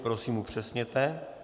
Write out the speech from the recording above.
Prosím, upřesněte.